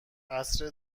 عصر